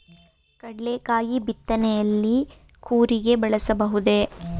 ಕಡ್ಲೆಕಾಯಿ ಬಿತ್ತನೆಯಲ್ಲಿ ಕೂರಿಗೆ ಬಳಸಬಹುದೇ?